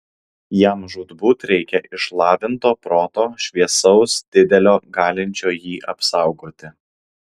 jam žūtbūt reikia išlavinto proto šviesaus didelio galinčio jį apsaugoti